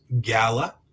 Gala